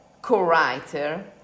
co-writer